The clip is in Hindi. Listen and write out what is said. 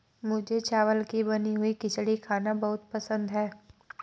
मुझे चावल की बनी हुई खिचड़ी खाना बहुत पसंद है